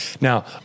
Now